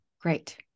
Great